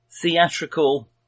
theatrical